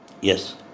yes